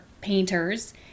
painters